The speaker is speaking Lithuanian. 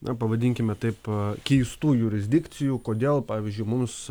na pavadinkime taip keistų jurisdikcijų kodėl pavyzdžiui mums